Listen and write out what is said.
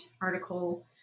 article